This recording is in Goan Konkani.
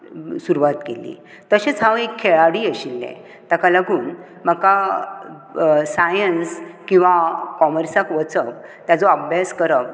सुरवात केल्ली तशेंच हांव एक खेळाडी आशिल्लें ताका लागून म्हाका सायन्स किंवा कॉमर्साक वचप ताचो अभ्यास करप